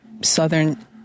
southern